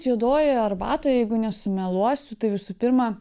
juodojoje arbatoj jeigu nesumeluosiu tai visų pirma